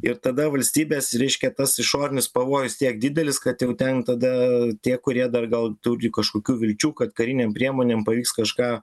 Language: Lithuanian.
ir tada valstybės reiškia tas išorinis pavojus tiek didelis kad jau ten tada tie kurie dar gal turi kažkokių vilčių kad karinėm priemonėm pavyks kažką